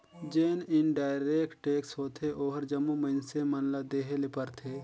जेन indirect tax होथे ओहर जम्मो मइनसे मन ल देहे ले परथे